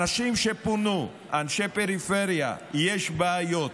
אנשים שפונו, אנשי פריפריה, יש בעיות,